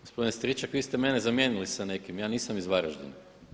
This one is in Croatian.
Gospodine Stričak vi ste mene zamijenili sa nekim, ja nisam iz Varaždina.